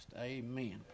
Amen